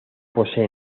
posee